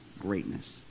greatness